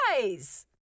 Guys